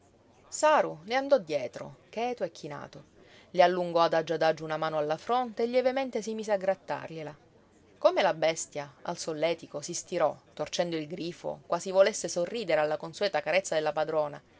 saru le andò dietro cheto e chinato le allungò adagio adagio una mano alla fronte e lievemente si mise a grattargliela come la bestia al solletico si stirò torcendo il grifo quasi volesse sorridere alla consueta carezza della padrona